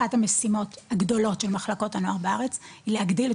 אחת המשימות הגדולות של מחלקות הנוער בארץ היא להגדיל את